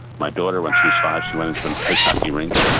my daughter, when she was five, she went into an ice hockey rink.